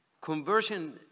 conversion